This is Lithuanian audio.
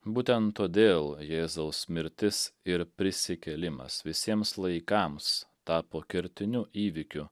būtent todėl jėzaus mirtis ir prisikėlimas visiems laikams tapo kertiniu įvykiu